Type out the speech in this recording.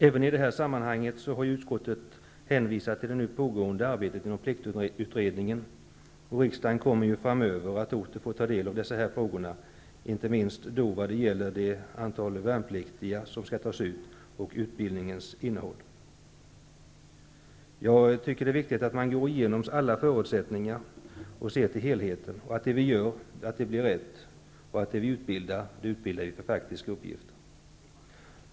Även i det här sammanhanget har utskottet hänvisat till det nu pågående arbetet inom pliktutredningen, och riksdagen kommer framöver också att få ta del av dess synpunkter på de här frågorna, inte minst vad gäller det antal värnpliktiga som skall tas ut och utbildningens innehåll. Jag tycker att det är viktigt att man går igenom alla förutsättningar och ser till helheten. Det är viktigt att det vi gör blir rätt, och att den utbildning som meddelas är utbildning för faktiska uppgifter.